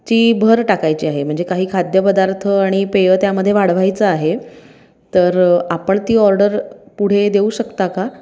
ची भर टाकायची आहे म्हणजे काही खाद्यपदार्थ आणि पेय त्यामध्ये वाढवायचं आहे तर आपण ती ऑर्डर पुढे देऊ शकता का